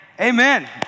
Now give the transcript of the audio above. Amen